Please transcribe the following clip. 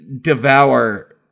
devour